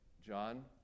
John